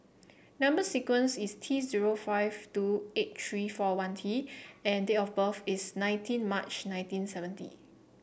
number sequence is T zero five two eight three four one T and date of birth is nineteen March nineteen seventy